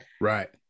right